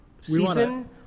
season